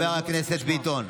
חבר הכנסת ביטון,